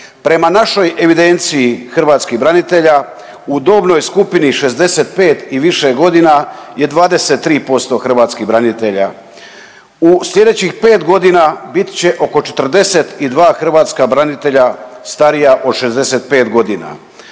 Prema našoj evidenciji hrvatskih branitelja u dobnoj skupini 65 i više godina je 23% hrvatskih branitelja. U sljedećih 5 godina bit će oko 42 hrvatska branitelja starija od 65 godina.